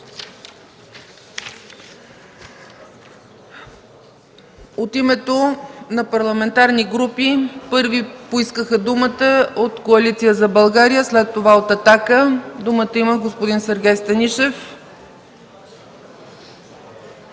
От името на парламентарни групи първи поискаха думата от Коалиция за България, след това от „Атака”. Има думата господин Сергей Станишев.